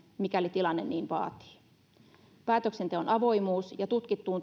mikäli tilanne niin vaatii päätöksenteon avoimuus ja tutkittuun